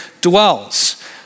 dwells